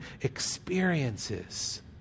experiences